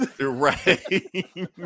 right